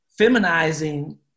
feminizing